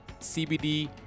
CBD